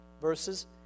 verses